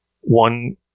One